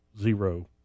zero